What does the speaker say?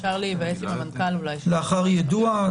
לאחר יידוע?